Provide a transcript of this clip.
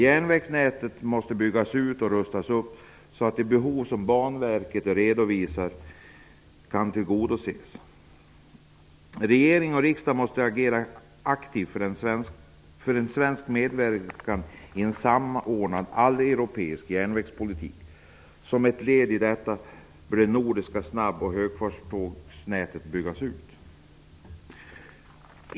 Järnvägsnätet måste byggas ut och rustas upp så att de behov som Banverket har redovisat kan tillgodoses. 5. Regering och riksdag måste agera aktivt för en svensk medverkan i en samordnad alleuropeisk järnvägspolitik. Som ett led i detta arbete behöver det nordiska nätet för snabb och högfartståg byggas ut.